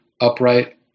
upright